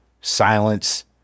silence